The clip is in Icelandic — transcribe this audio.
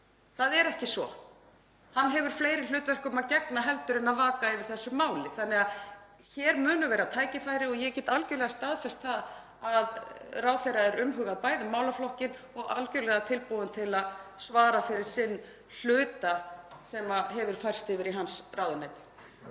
Það er ekki svo. Hann hefur fleiri hlutverkum að gegna heldur en að vaka yfir þessu máli. Hér munu gefast tækifæri og ég get staðfest að ráðherra er umhugað um málaflokkinn og algjörlega tilbúinn til að svara fyrir þann hluta sem hefur færst yfir í hans ráðuneyti.